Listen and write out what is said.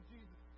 Jesus